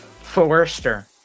Forster